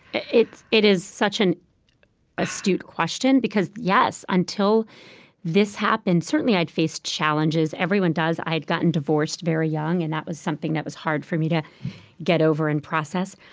it it is such an astute question because, yes, until this happened, certainly i'd faced challenges. everyone does. i'd gotten divorced very young, and that was something that was hard for me to get over and process.